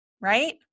right